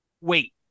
Wait